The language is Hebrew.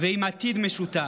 ועם עתיד משותף.